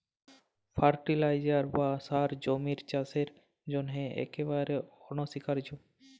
fertiliser বা সার জমির চাসের জন্হে একেবারে অনসীকার্য